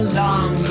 long